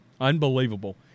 Unbelievable